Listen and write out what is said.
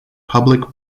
public